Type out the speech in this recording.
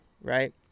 Right